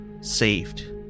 saved